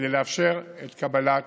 כדי לאפשר את קבלת